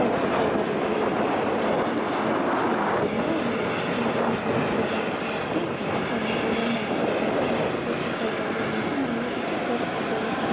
पच्चिस सय गरेर लिन्थ्यो अब पहिला टू थाउजन्ड नाइन्टिनमा अनि म र मेरो कजन बस्थेँ अनि उ र म बस्दाखेरि चाहिँ हाम्रो चाहिँ पच्चिस सय गरेर लिन्थ्यो महिनैपिच्छे प्लस अब